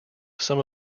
some